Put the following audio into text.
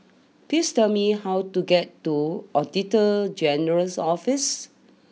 please tell me how to get to Auditor General's Office